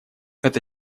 это